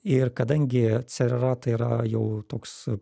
ir kadangi cerera tai yra jau toks